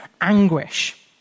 anguish